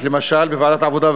למשל בוועדת העבודה,